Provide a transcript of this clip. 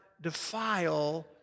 defile